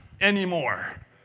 anymore